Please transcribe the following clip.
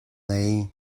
ngei